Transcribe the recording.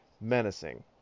menacing